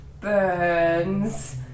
Burns